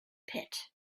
pit